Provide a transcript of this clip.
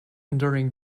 during